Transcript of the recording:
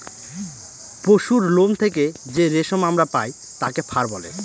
পশুরলোম থেকে যে রেশম আমরা পায় তাকে ফার বলে